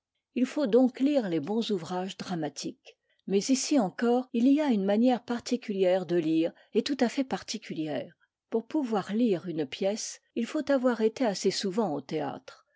il faut donc lire les bons ouvrages dramatiques mais ici encore il y a une manière particulière de lire et tout à fait particulière pour pouvoir lire une pièce il faut avoir été assez souvent au théâtre